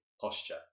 posture